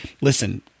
Listen